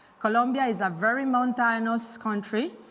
columbia is a very mountainous country,